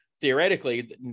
theoretically